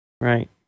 right